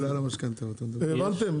הבנתם?